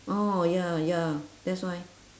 orh ya ya that's why